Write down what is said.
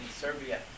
Serbia